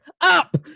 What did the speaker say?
up